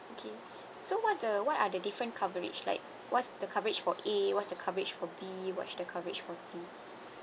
okay so what's the what are the different coverage like what's the coverage for A what's the coverage for B what's the coverage for C